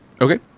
Okay